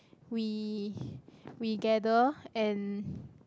we we gather and